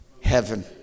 heaven